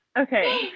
Okay